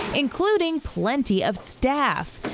including plenty of staph.